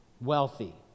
wealthy